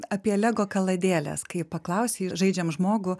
apie lego kaladėles kai paklausei žaidžiam žmogų